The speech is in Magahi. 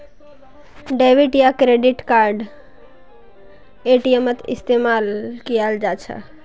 डेबिट या क्रेडिट कार्ड एटीएमत इस्तेमाल कियाल जा छ